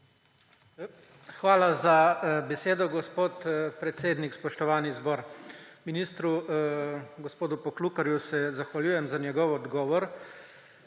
Hvala za besedo, gospod predsednik. Spoštovani zbor! Ministru gospodu Poklukarju se zahvaljujem za njegov odgovor.